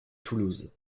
toulouse